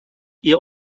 ihr